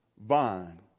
Vine